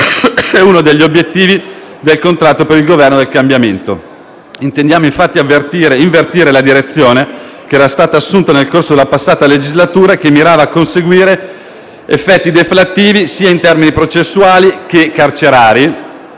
è uno degli obiettivi del contratto per il Governo del cambiamento. Intendiamo, infatti, invertire la direzione che era stata assunta nel corso della passata legislatura e che mirava a conseguire effetti deflattivi sia in termini processuali che carcerari,